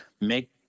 make